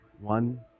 One